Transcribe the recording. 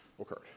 occurred